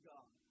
God